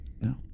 No